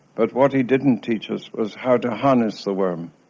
but what he didn't teach us was how to harness the worm,